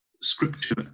scripture